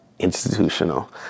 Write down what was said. institutional